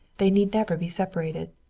they need never be separated.